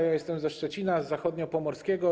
Jestem ze Szczecina, z Zachodniopomorskiego.